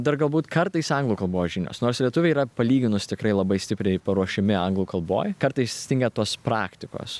dar galbūt kartais anglų kalbos žinios nors lietuviai yra palyginus tikrai labai stipriai paruošiami anglų kalboj kartais stinga tos praktikos